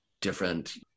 different